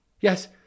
Yes